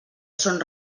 són